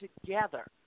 together